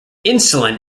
insulin